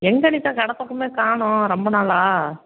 எங்கே அனிதா கடை பக்கமே காணும் ரொம்ப நாளாக